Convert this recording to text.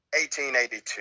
1882